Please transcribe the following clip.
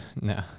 no